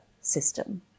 system